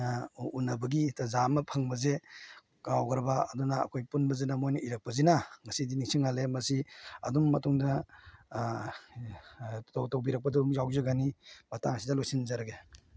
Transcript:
ꯎꯅꯕꯒꯤ ꯇꯥꯟꯖꯥ ꯑꯃ ꯐꯪꯕꯁꯦ ꯀꯥꯎꯒ꯭ꯔꯕ ꯑꯗꯨꯅ ꯑꯩꯈꯣꯏ ꯄꯨꯟꯕꯁꯤꯅ ꯃꯣꯏꯅ ꯏꯔꯛꯄꯁꯤꯅ ꯉꯁꯤꯗꯤ ꯅꯤꯡꯁꯤꯡꯍꯜꯂꯦ ꯃꯁꯤ ꯑꯗꯨꯝ ꯃꯇꯨꯡꯗ ꯇꯧꯕꯤꯔꯛꯄꯗ ꯑꯗꯨꯝ ꯌꯥꯎꯖꯒꯅꯤ ꯃꯇꯥꯡ ꯑꯁꯤꯗ ꯂꯣꯏꯁꯤꯟꯖꯔꯒꯦ